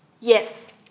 Yes